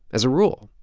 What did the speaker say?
as a rule,